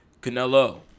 Canelo